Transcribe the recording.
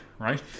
right